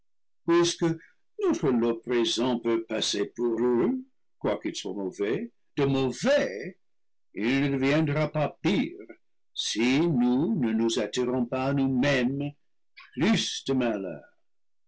notre lot présent peut passer pour heureux quoiqu'il soit mauvais de mauvais il ne deviendra pas pire si nous ne nous attirons pas nous-mêmes plus de